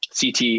CT